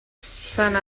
sant